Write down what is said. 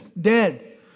dead